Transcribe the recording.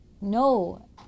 No